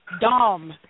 Dom